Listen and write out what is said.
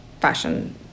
fashion